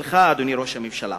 שלך, אדוני ראש הממשלה.